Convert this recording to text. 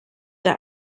der